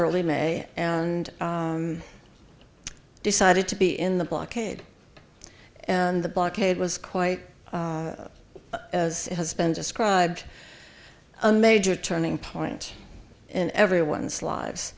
early may and decided to be in the blockade and the blockade was quite as has been described a major turning point in everyone's lives